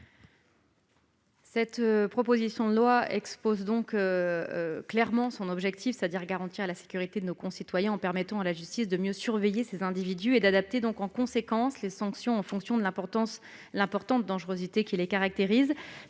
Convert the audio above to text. Cette proposition de loi expose clairement son objectif : garantir la sécurité de nos concitoyens, en permettant à la justice de mieux surveiller certains individus et d'adapter en conséquence les sanctions en fonction de l'importante dangerosité qui les caractérise.